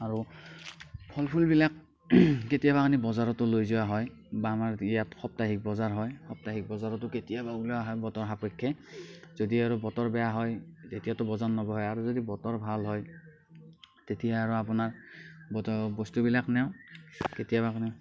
আৰু ফল ফুলবিলাক কেতিয়াবা আমি বজাৰতো লৈ যোৱা হয় বা আমাৰ ইয়াত সপ্তাহিক বজাৰ হয় সপ্তাহিক বজাৰতো কেতিয়াবা উলিওয়া হয় বতৰ সাপেক্ষে যদি আৰু বতৰ বেয়া হয় তেতিয়াতো বজাৰ নবহে আৰু যদি বতৰ ভাল হয় তেতিয়া আৰু আপোনাৰ বতৰৰ বস্তুবিলাক নিও কেতিয়াবা